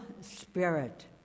Spirit